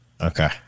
Okay